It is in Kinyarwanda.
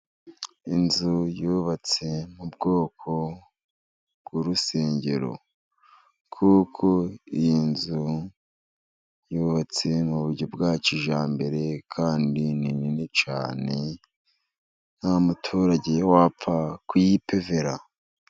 Inzu yubatse mu bwoko bw'urusengero, kuko iyi nzu yubatse mu buryo bwa kijyambere kandi ni nini cyane, nta muturage wapfa kuyipevera.